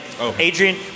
Adrian